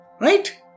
Right